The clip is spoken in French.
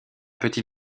petit